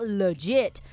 legit 。